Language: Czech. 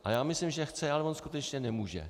Ale já myslím, že chce, ale on skutečně nemůže.